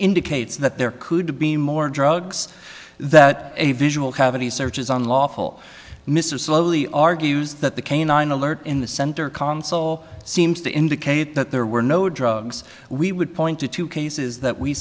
indicates that there could be more drugs that a visual cavity searches on lawful mr slowly argues that the canine alert in the center console seems to indicate that there were no drugs we would point to two cases that we